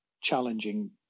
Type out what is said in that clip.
challenging